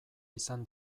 izan